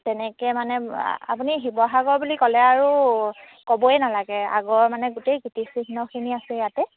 তেনেকৈ মানে আপুনি শিৱসাগৰ বুলি ক'লে আৰু ক'বই নালাগে আগৰ মানে গোটেই কীৰ্তিচিহ্নখিনি আছে ইয়াতে